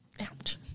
Ouch